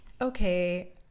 Okay